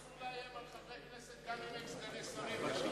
אסור לאיים על חברי כנסת, גם אם הם סגני שרים.